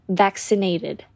vaccinated